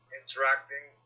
interacting